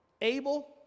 Abel